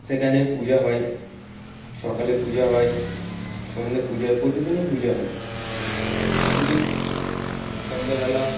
সেখানে পূজা হয় সকালে পূজা হয় সন্ধে পূজা প্রতিদিনই পূজা হয় প্রতিদিন সন্ধেবেলা